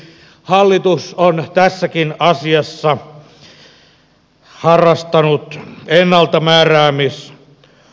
hallitus on tässäkin asiassa harrastanut ennaltamääräämisoppia